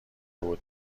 بود